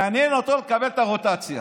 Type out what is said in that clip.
מעניין אותו לקבל את הרוטציה,